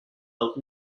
out